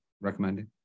recommending